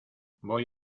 voy